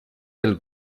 del